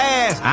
ass